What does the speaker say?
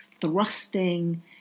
thrusting